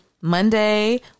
monday